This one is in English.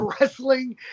wrestling